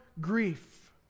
grief